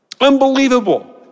unbelievable